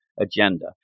Agenda